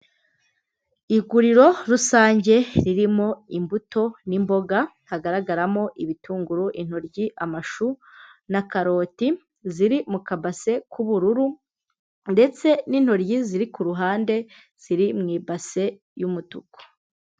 Iguriro rusange ririmo imbuto n'imboga hagaragaramo ibitunguru, intoryi, amashu na karoti ziri mu kabase k'ubururu. Ndetse n'intoryi ziri ku ruhande ziri mu ibase y'umutuku.